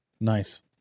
Nice